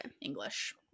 English